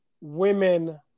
women